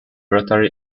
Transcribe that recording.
rotary